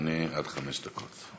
בבקשה, אדוני, עד חמש דקות.